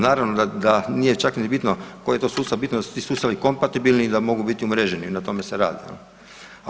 Naravno da, da nije čak ni bitno koji je to sustav, bitno je da su ti sustavi kompatibilni i da mogu biti umreženi i na tome se radi jel.